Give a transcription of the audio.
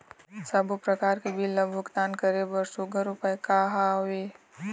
सबों प्रकार के बिल ला भुगतान करे बर सुघ्घर उपाय का हा वे?